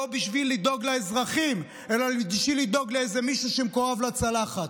לא בשביל לדאוג לאזרחים אלא בשביל לדאוג לאיזה מישהו שמקורב לצלחת.